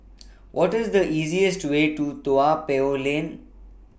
What IS The easiest Way to Toa Payoh Lane